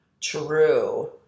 true